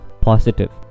positive